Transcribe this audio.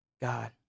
God